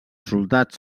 soldats